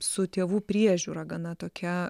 su tėvų priežiūra gana tokia